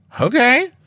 Okay